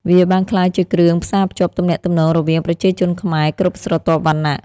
វាបានក្លាយជាគ្រឿងផ្សារភ្ជាប់ទំនាក់ទំនងរវាងប្រជាជនខ្មែរគ្រប់ស្រទាប់វណ្ណៈ។